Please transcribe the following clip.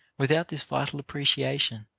without this vital appreciation,